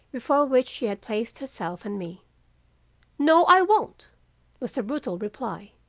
before which she had placed herself and me no, i won't was the brutal reply.